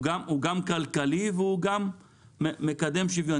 הוא גם כלכלי והוא גם מקדם שוויון.